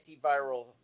antiviral